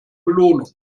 belohnung